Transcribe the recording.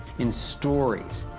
in stories,